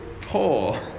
poor